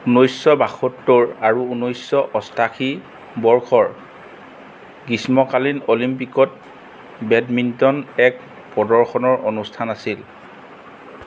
ঊনৈছশ বাসত্তৰ আৰু ঊনৈছশ আষ্ঠাশী বৰ্ষৰ গ্ৰীষ্মকালীন অলিম্পিকত বেডমিণ্টন এক প্ৰদৰ্শনৰ অনুষ্ঠান আছিল